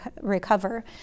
recover